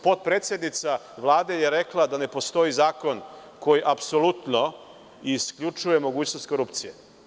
Potpredsednica Vlade je rekla da ne postoji zakon koji apsolutno isključuje mogućnost korupcije.